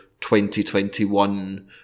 2021